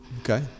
Okay